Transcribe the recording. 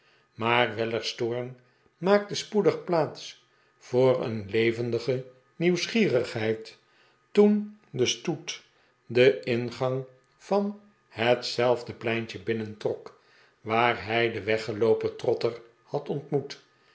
maar weller's toorn maakte spoedig plaats voor een levendige nieuwsgierigheid toen de stoet den ingang van hetzelfhet verhoor de pleintje binnentrok waar hij den weggeloopen trotter had ohtmoet